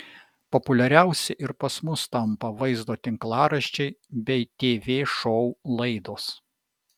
populiariausi ir pas mus tampa vaizdo tinklaraščiai bei tv šou laidos